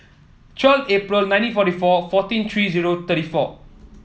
twelve April nineteen forty four fourteen three zero thirty four